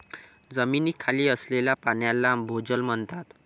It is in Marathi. जमिनीखाली असलेल्या पाण्याला भोजल म्हणतात